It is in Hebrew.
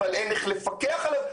אבל אין איך לפקח עליו.